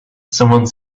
someone